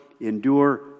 endure